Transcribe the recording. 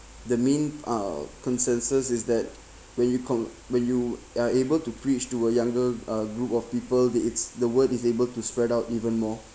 the main uh consensus is that when you come when you are able to preach to a younger uh group of people the it's the word is able to spread out even more